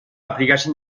aplikazio